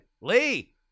Lee